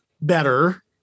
better